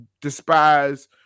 despise